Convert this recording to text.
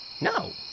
No